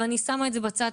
אבל אני שמה את זה בצד,